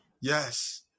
yes